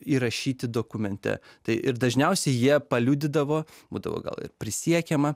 įrašyti dokumente tai ir dažniausiai jie paliudydavo būdavo gal ir prisiekiama